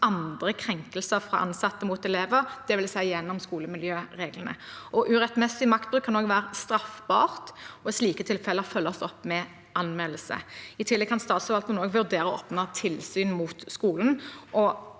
andre krenkelser fra ansatte mot elever, dvs. gjennom skolemiljøreglene. Urettmessig maktbruk kan også være straffbart, og slike tilfeller følges opp med anmeldelse. I tillegg kan statsråden vurdere å åpne tilsyn mot skolen,